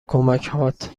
کمکهات